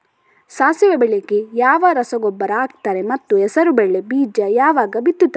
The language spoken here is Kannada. ಸಾಸಿವೆ ಬೆಳೆಗೆ ಯಾವ ರಸಗೊಬ್ಬರ ಹಾಕ್ತಾರೆ ಮತ್ತು ಹೆಸರುಬೇಳೆ ಬೀಜ ಯಾವಾಗ ಬಿತ್ತುತ್ತಾರೆ?